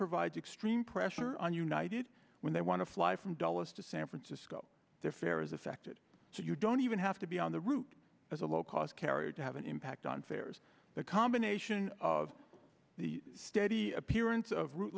provides extreme pressure on united when they want to fly from dulles to san francisco their fare is affected so you don't even have to be on the route as a low cost carrier to have an impact on fares the combination of the steady appearance of root